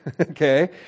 okay